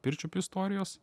pirčiupių istorijos